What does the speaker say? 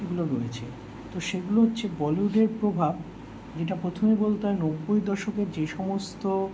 এগুলো রয়েছে তো সেগুলো হচ্ছে বলিউডের প্রভাব যেটা প্রথমে বলতে হয় নব্বই দশকের যে সমস্ত